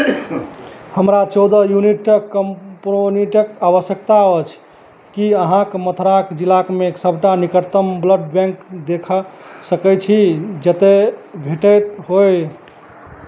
हमरा चौदह यूनिटक कम शोणितके आवश्यकता अछि कि अहाँक मथुरा जिलामे एक सबटा निकटतम ब्लड बैँक देखा सकै छी जतए भेटैत होइ